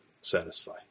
satisfy